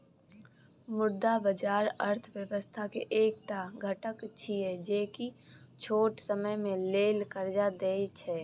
मुद्रा बाजार अर्थक व्यवस्था के एक टा घटक छिये जे की छोट समय के लेल कर्जा देत छै